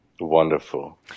Wonderful